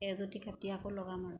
এজুতি কাটি আকৌ লগাম আৰু